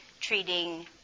treating